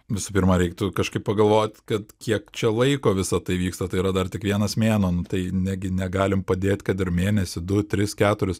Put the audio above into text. visų pirma reiktų kažkaip pagalvot kad kiek čia laiko visa tai vyksta tai yra dar tik vienas mėnuo nu tai negi negalim padėt kad ir mėnesį du tris keturius